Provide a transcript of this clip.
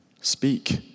speak